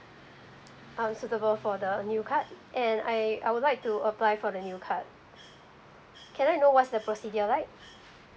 um suitable for the new card and I I would like to apply for the new card can I know what's the procedure like